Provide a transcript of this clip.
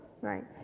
Right